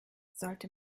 sollte